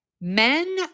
men